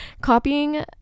Copying